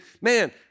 man